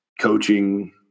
coaching